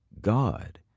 God